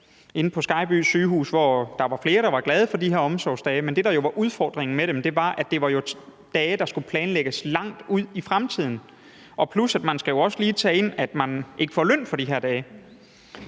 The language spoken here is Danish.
inde på Skejby Sygehus, hvor der var flere, der var glade for de her omsorgsdage. Men det, der var udfordringen med dem, var, at det jo var dage, der skulle planlægges langt ud i fremtiden. Og man skal også lige tage med, at man ikke får løn for de her dage.